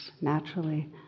naturally